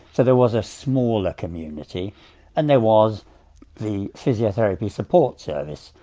so there was a smaller community and there was the physiotherapy support service,